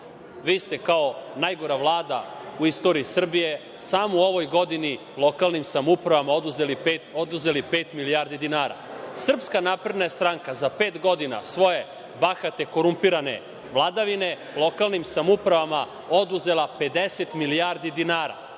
Vi ste, kao najgora Vlada u istoriji Srbije, samo u ovoj godini lokalnim samoupravama oduzeli pet milijardi dinara. Srpska napredna stranka je, za pet godina svoje bahate, korumpirane vladavine, lokalnim samoupravama oduzela 50 milijardi dinara.